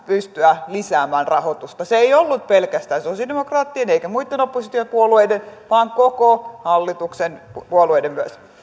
pystyä lisäämään rahoitusta se ei ollut pelkästään sosialidemokraattien eikä muitten oppositiopuolueiden kanta vaan koko hallituksen puolueiden myös